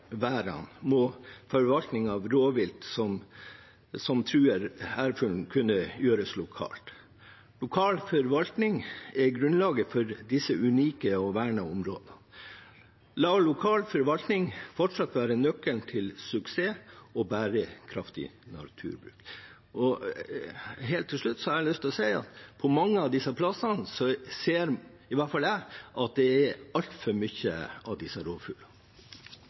må forvaltning av rovvilt som truer ærfuglen, kunne gjøres lokalt. Lokal forvaltning er grunnlaget for disse unike og vernede områdene. La lokal forvaltning fortsatt være nøkkelen til suksess – og bærekraftig naturbruk. Helt til slutt har jeg lyst til å si at på mange av disse plassene ser i hvert fall jeg at det er altfor mange av disse